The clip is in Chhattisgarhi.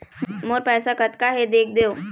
मोर पैसा कतका हे देख देव?